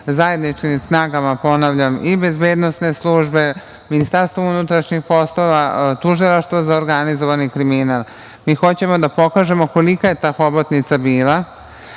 zajedničkim snagama, ponavljam, i bezbednosne službe, Ministarstva unutrašnjih poslova, Tužilaštva za organizovani kriminal. Mi hoćemo da pokažemo kolika je ta hobotnica bila,